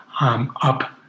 up